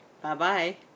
Bye-bye